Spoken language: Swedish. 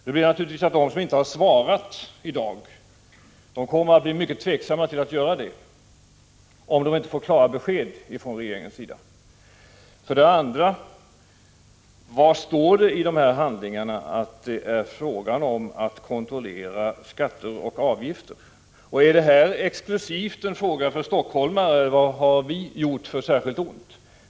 De som ännu inte har svarat kommer naturligtvis att vara mycket tveksamma om hur de skall göra, om de inte får klara besked från regeringens sida. 49 Vidare: Var i dessa handlingar står det att det är fråga om att kontrollera skatter och avgifter? Är det här exklusivt en fråga för stockholmarna, vad har vi gjort för ont?